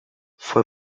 fue